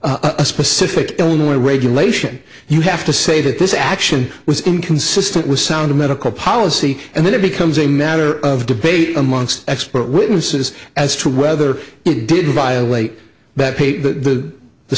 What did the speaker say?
violated a specific illinois regulation you have to say that this action was inconsistent with sound medical policy and then it becomes a matter of debate amongst expert witnesses as to whether you did violate that pay the the